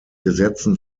gesetzen